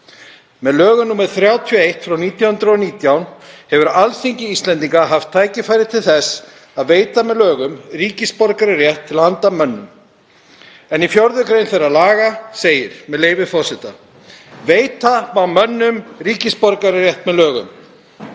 Með lögum nr. 31/1919 hefur Alþingi Íslendinga haft tækifæri til að veita með lögum ríkisborgararétt til handa mönnum en í 4. gr. þeirra laga segir, með leyfi forseta: „Veita má mönnum ríkisborgararétt með lögum.